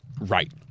Right